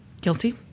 Guilty